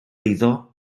eiddo